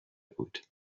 بود